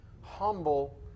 humble